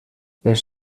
les